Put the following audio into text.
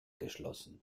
geschlossen